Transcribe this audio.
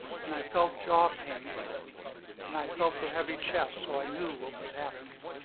and i felt jaw pain and i felt a heavy chest. so i knew what was happening.